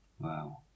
Wow